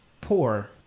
poor